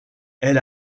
elle